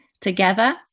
Together